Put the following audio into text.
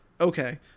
okay